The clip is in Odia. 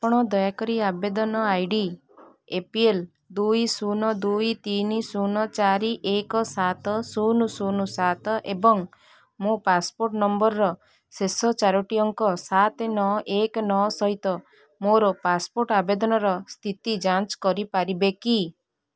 ଆପଣ ଦୟାକରି ଆବେଦନ I D A P L ଦୁଇ ଶୂନ ଦୁଇ ତିନି ଶୂନ ଚାରି ଏକ ସାତ ଶୂନ ଶୂନ ସାତ ଏବଂ ମୋ ପାସପୋର୍ଟ ନମ୍ବରର ଶେଷ ଚାରି ଅଙ୍କ ସାତ ନଅ ଏକ ନଅ ସହିତ ମୋର ପାସପୋର୍ଟ ଆବେଦନର ସ୍ଥିତି ଯାଞ୍ଚ କରିପାରିବେ କି